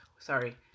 sorry